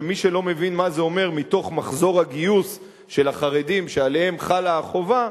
ומי שלא מבין מה זה אומר מתוך מחזור הגיוס של החרדים שעליהם חלה החובה,